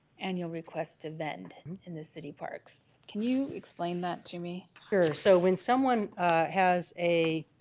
annual request to bend in the city parks. can you explain that to me sure so when someone has a?